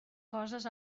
coses